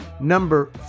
number